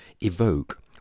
evoke